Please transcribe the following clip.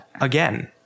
Again